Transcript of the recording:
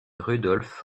rudolph